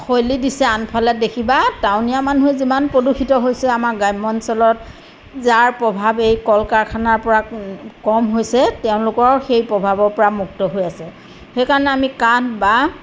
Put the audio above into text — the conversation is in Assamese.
শৈলী দিছে আনফালে দেখিবা টাউনীয়া মানুহে যিমান প্ৰদূষিত হৈছে আমাৰ গ্ৰাম্য অঞ্চলত যাৰ প্ৰভাৱ এই কল কাৰখানাৰ পৰা কম হৈছে তেওঁলোকৰ সেই প্ৰভাৱৰ পৰা মুক্ত হৈ আছে সেইকাৰণে আমি কাঠ বাঁহ